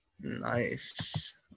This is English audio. Nice